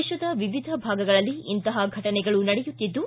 ದೇಶದ ವಿವಿಧ ಭಾಗಗಳಲ್ಲಿ ಇಂತಹ ಘಟನೆಗಳು ನಡೆಯುತ್ತಿದ್ದು